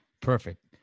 Perfect